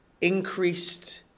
increased